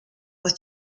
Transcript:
was